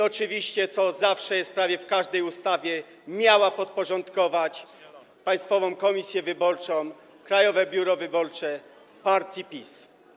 Oczywiście, co jest zawsze w prawie każdej ustawie, miała podporządkować Państwową Komisję Wyborczą, Krajowe Biuro Wyborcze partii PiS.